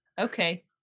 okay